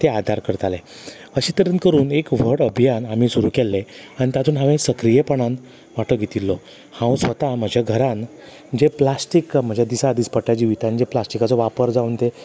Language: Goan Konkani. ते आदार करताले असें तरेन करून एक व्हड अभियान आमी सुरू केल्ले आनी तातून हांवें सक्रीयपणान वाटो घेतिल्लो हांव स्वता म्हज्या घरांत जें प्लास्टीक म्हाज्या दिसा दिसपट्या जिवितान प्लास्टिकाचो वापर जावून तें